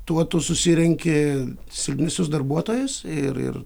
tuo tu susirenki silpnesnius darbuotojus ir ir